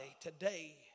today